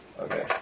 Okay